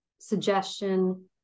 suggestion